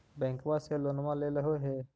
बैंकवा से लोनवा लेलहो हे?